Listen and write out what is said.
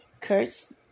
curse